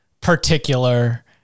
particular